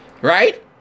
right